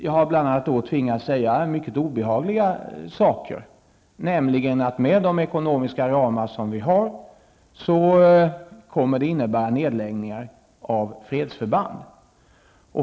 Jag har bl.a. tvingats säga vissa mycket obehagliga saker, nämligen att med de ekonomiska ramar som vi har kommer det att bli nödvändigt med nedläggningar av fredsförband.